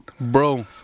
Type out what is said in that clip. bro